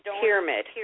pyramid